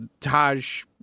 Taj